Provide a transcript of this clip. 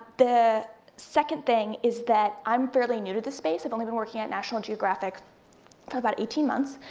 the second thing is that i'm fairly new to this space. i've only been working at national geographic for about eighteen months.